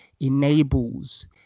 enables